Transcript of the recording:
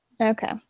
Okay